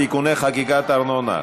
תיקוני מדידת ארנונה.